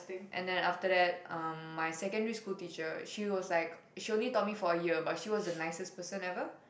and then after that um my secondary teacher she was like she only taught me for a year but she was the nicest person ever